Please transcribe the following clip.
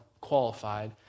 qualified